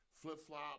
flip-flop